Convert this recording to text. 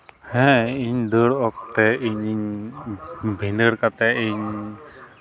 ᱦᱮᱸ ᱤᱧ ᱫᱟᱹᱲ ᱚᱠᱛᱮ ᱤᱧᱤᱧ ᱵᱷᱤᱸᱫᱟᱹᱲ ᱠᱟᱛᱮᱫ ᱤᱧ